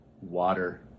Water